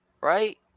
Right